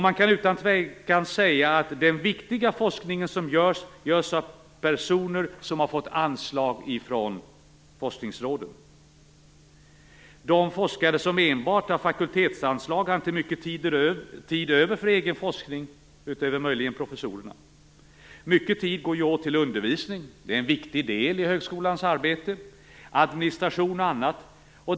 Man kan utan tvekan säga att den viktiga forskning som bedrivs, bedrivs av personer som har fått anslag från forskningsråden. De forskare som enbart har fakultetsanslag, har inte mycket tid över för egen forskning - förutom möjligen professorerna. Mycket tid går ju åt till undervisning, det är en viktig del i högskolans arbete, administration och annat.